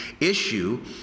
issue